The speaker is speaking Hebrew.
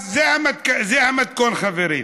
אז זה המתכון, חברים.